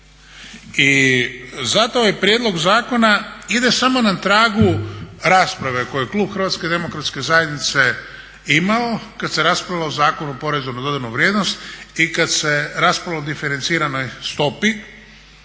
I zato ovaj prijedlog zakona ide samo na tragu rasprave koju klub HDZ-a imao kad se raspravljalo o Zakonu o porezu na dodanu vrijednost i kad se raspravljalo o diferenciranoj stopi